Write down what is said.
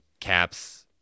caps